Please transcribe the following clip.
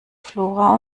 flora